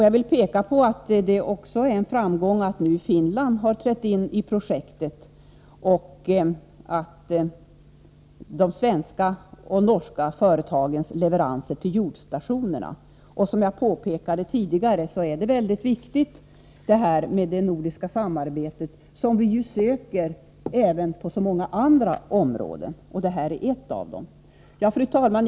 Jag vill också understryka att det är en framgång att även Finland har gått in i projektet. En framgång är också de svenska och norska leveranserna till jordstationerna. Som jag påpekade tidigare är det nordiska samarbetet mycket viktigt. Vi söker ju upprätta ett sådant samarbete på många områden, det här är bara ett av dessa. Fru talman!